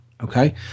okay